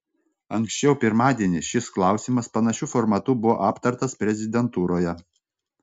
anksčiau pirmadienį šis klausimas panašiu formatu buvo aptartas prezidentūroje